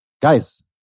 Guys